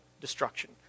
destruction